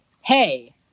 Hey